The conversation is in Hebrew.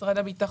משרד הביטחון,